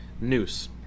Noose